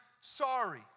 sorry